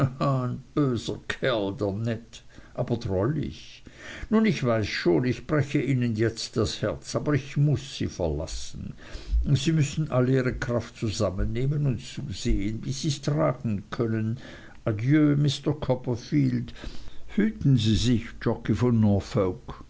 aber drollig nun ich weiß schon ich breche ihnen jetzt das herz aber ich muß sie verlassen sie müssen alle ihre kraft zusammennehmen und zusehen wie sies tragen können adieu mr copperfield hüten sie sich jockey von